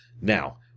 Now